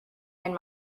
and